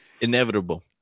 Inevitable